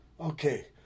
Okay